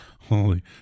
holy